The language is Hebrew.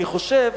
אני חושב